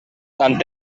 tant